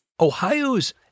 Ohio's